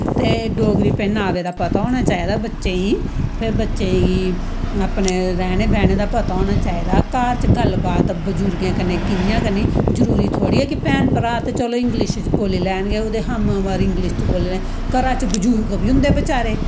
ते डोगरी पैह्नावे दा पता होना चाही दा बच्चेंई फिर बच्चें गी अपने रैह्ने बैह्ने दा पता होना चाही दा घर च गल्ल बात बजुर्गें कन्नै कियां करनी जरूरी थोह्ड़े ऐ कि भैन भ्रा ते चलो इंगलिश च बोल्ली लैन ते ओहदे हम उमर इंगलिश च बोल्ली लैन ते घरा च बजुर्ग बी होंदे बचारे